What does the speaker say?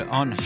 on